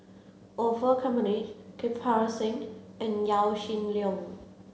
Orfeur Cavenagh Kirpal Singh and Yaw Shin Leong